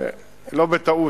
לא בטעות.